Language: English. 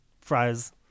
fries